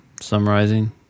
summarizing